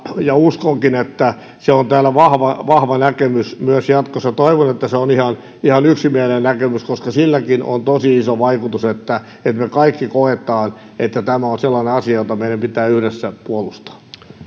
ja uskonkin että se on täällä vahva vahva näkemys myös jatkossa toivon että se on ihan ihan yksimielinen näkemys koska silläkin on tosi iso vaikutus että me kaikki koemme että tämä on sellainen asia jota meidän pitää yhdessä puolustaa